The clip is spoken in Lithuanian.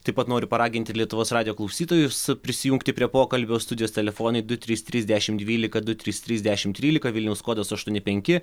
taip pat noriu paraginti lietuvos radijo klausytojus prisijungti prie pokalbio studijos telefonai du trys trys dešimt dvylika du trys trys dešimt trylika vilniaus kodas aštuoni penki